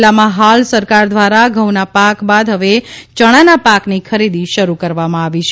જીલ્લામાં ફાલ સરકાર ધ્વારા ઘઉના પાક બાદ હવે ચણાના પાકની ખરીદી શરૂ કરવામાં આવી છે